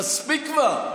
מספיק כבר.